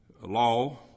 law